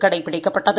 கடைபிடிக்கப்பட்டது